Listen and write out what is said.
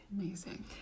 Amazing